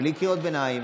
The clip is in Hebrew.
בלי קריאות ביניים,